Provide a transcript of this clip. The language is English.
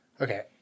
Okay